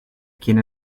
quien